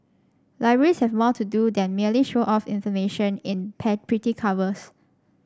libraries have more to do than merely show off information in pretty covers